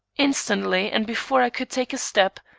instantly and before i could take a step,